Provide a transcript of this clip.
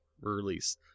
release